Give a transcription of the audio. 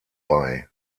bei